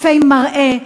יפי מראה,